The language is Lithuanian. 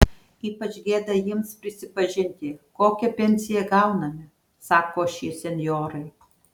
ypač gėda jiems prisipažinti kokią pensiją gauname sako šie senjorai